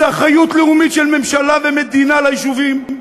זו אחריות לאומית של ממשלה ומדינה ליישובים.